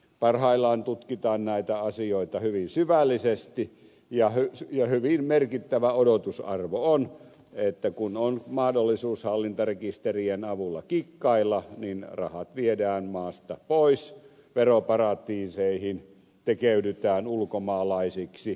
parhaillaan tutkitaan näitä asioita hyvin syvällisesti ja hyvin merkittävä odotusarvo on että kun on mahdollisuus hallintarekisterien avulla kikkailla niin rahat viedään maasta pois veroparatiiseihin tekeydytään ulkomaalaisiksi